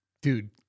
Dude